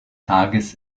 tages